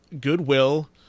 goodwill